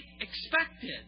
expected